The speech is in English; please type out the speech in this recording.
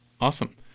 Awesome